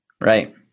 Right